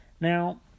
Now